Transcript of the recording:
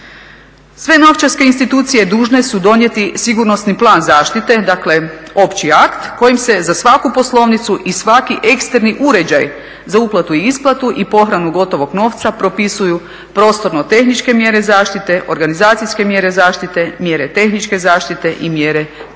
Sve novčarske institucije dužne su donijeti sigurnosni plan zaštite, dakle opći akt kojim se za svaku poslovnicu i svaki eksterni uređaj za uplatu i isplatu i pohranu gotovog novca propisuju prostorno tehničke mjere zaštite, organizacijske mjere zaštite, mjere tehničke zaštite i mjere tjelesne